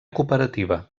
cooperativa